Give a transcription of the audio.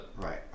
Right